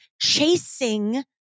Chasing